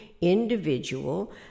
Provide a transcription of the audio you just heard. individual